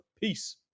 Peace